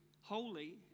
holy